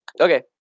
Okay